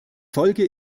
folge